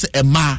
Emma